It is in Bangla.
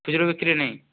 খুচরো বিক্রি নেই